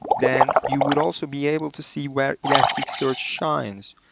then you would also be able to see where elasticsearch shines.